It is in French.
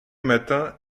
matins